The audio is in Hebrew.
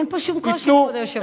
אין פה שום קושי, כבוד היושב-ראש.